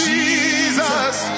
Jesus